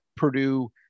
Purdue